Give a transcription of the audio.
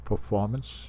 Performance